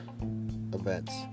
events